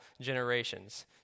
generations